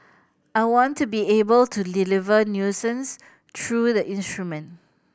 I want to be able to deliver nuances through the instrument